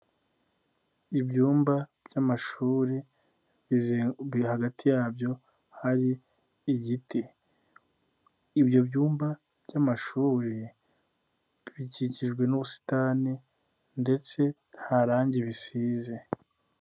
Ibyumba by'amashuri hagati yabyo hari igiti. Ibyo byumba by'amashuri bikikijwe n'ubusitani ndetse nta rangi bisize.